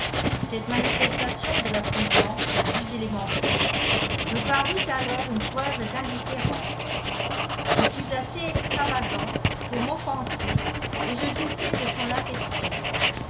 cette manifestation de la prudence la plus élémentaire me parut alors une preuve d'indifférence je fus assez extravagant pour m'offenser et je doutai de son affection